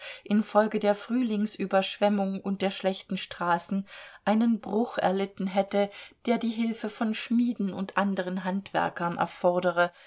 infolge der frühlingsüberschwemmung und der schlechten straßen einen bruch erlitten hätte der die hilfe von schmieden und anderen handwerkern erfordere